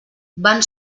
van